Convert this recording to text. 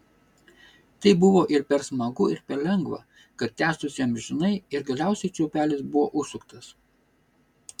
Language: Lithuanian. tai buvo ir per smagu ir per lengva kad tęstųsi amžinai ir galiausiai čiaupelis buvo užsuktas